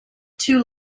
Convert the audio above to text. too